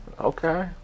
Okay